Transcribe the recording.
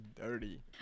dirty